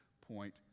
point